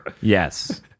yes